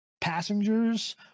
passengers